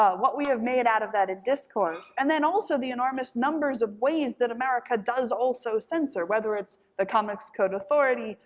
what we have made out of that in discourse, and then also the enormous numbers of ways that american does also censor, whether it's the comics code authority,